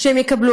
שהם יקבלו,